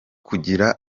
kugira